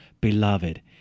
beloved